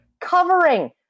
covering